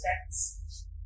effects